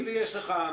איזה כלי יש לך?